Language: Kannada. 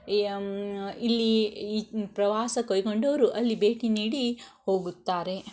ಇಲ್ಲಿ ಪ್ರವಾಸ ಕೈಗೊಂಡವರು ಅಲ್ಲಿ ಭೇಟಿ ನೀಡಿ ಹೋಗುತ್ತಾರೆ